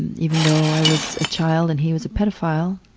even though i was a child and he was a pedophile,